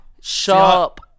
sharp